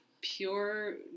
pure